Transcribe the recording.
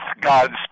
God's